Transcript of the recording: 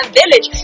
village